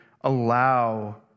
allow